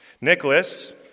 Nicholas